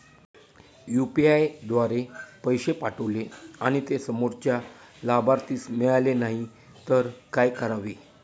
UPI द्वारे पैसे पाठवले आणि ते समोरच्या लाभार्थीस मिळाले नाही तर काय करावे?